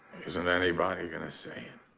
isn't anybody gonna say it?